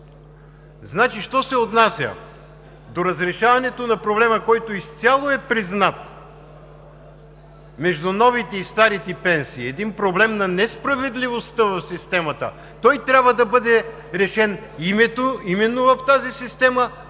Що се отнася до разрешаването на проблема, който изцяло е признат между новите и старите пенсии – един проблем на несправедливостта в системата, той трябва да бъде решен именно в тази система,